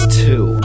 two